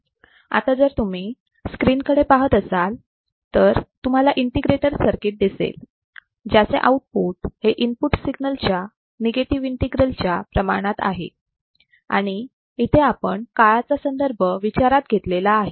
आता जर तुम्ही स्क्रीन कडे पाहत असाल तर तुम्हाला इंटिग्रेटर सर्किट दिसेल ज्याचे आउटपुट हे इनपुट सिग्नल च्या निगेटिव्ह इंटिग्रल च्या प्रमाणात आहे आणि इथे आपण काळाचा संदर्भ विचारात घेतलेला आहे